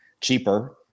cheaper